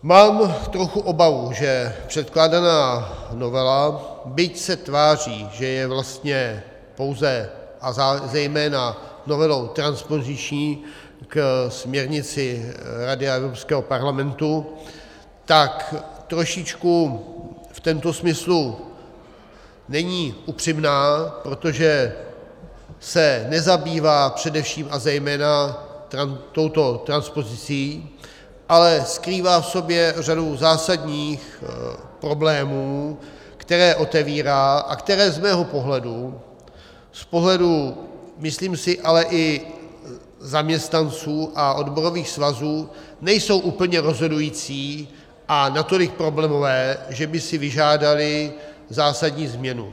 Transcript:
Mám trochu obavu, že předkládaná novela, byť se tváří, že je vlastně pouze zejména novelou transpoziční k směrnici Rady a Evropského parlamentu, tak trošičku v tomto smyslu není upřímná, protože se nezabývá především a zejména touto transpozicí, ale skrývá v sobě řadu zásadních problémů, které otevírá a které z mého pohledu, z pohledu myslím si ale i zaměstnanců a odborových svazů, nejsou úplně rozhodující a natolik problémové, že by si vyžádaly zásadní změnu.